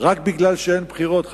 רק משום שאין בחירות.